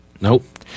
Nope